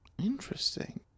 Interesting